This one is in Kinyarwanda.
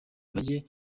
bajye